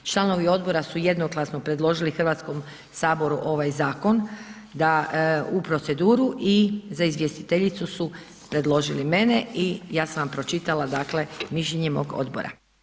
Članovi odbora su jednoglasno predložili Hrvatskom saboru ovaj zakon, da u proceduru i za izvjestiteljicu su predložili mene i ja sam vam pročitala dakle mišljenje mog odbora.